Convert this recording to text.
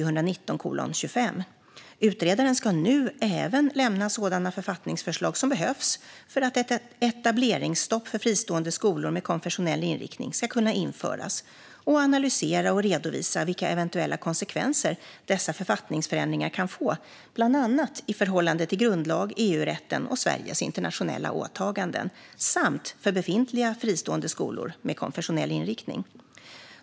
Utredaren ska nu även lämna sådana författningsförslag som behövs för att ett etableringsstopp för fristående skolor med konfessionell inriktning ska kunna införas och analysera och redovisa vilka eventuella konsekvenser dessa författningsändringar kan få, bland annat i förhållande till grundlag, EU-rätten och Sveriges internationella åtaganden samt för befintliga fristående skolor med konfessionell inriktning.